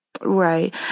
Right